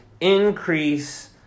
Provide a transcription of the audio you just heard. increase